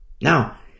Now